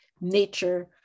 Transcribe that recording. nature